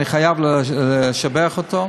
אני חייב לשבח אותו,